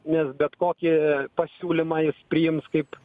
nes bet kokį pasiūlymą jis priims kaip